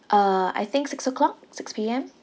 uh I think six o'clock six P_M